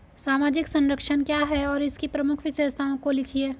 सामाजिक संरक्षण क्या है और इसकी प्रमुख विशेषताओं को लिखिए?